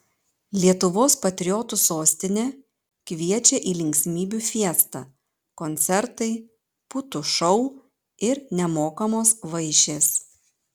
lietuvos patriotų sostinė kviečia į linksmybių fiestą koncertai putų šou ir nemokamos vaišės